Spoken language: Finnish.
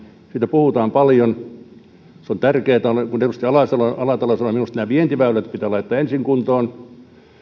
puhutaan paljon se on tärkeätä kuten edustaja alatalo sanoi minusta nämä vientiväylät pitää laittaa ensin kuntoon